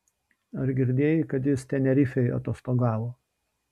ar girdėjai kad jis tenerifėj atostogavo